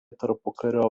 tarpukario